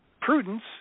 prudence